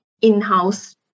in-house